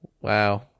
wow